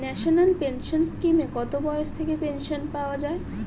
National pension স্কিমে কত বয়স থেকে পেনশন পাওয়া যায়?